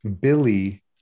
billy